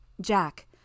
Jack